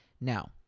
now